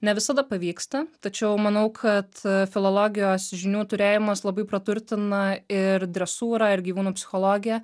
ne visada pavyksta tačiau manau kad filologijos žinių turėjimas labai praturtina ir dresūrą ir gyvūnų psichologiją